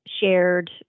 shared